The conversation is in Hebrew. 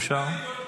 אפשר?